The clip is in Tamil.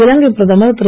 இலங்கை பிரதமர் திரு